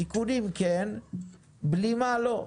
תיקונים כן, בלימה לא.